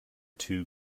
two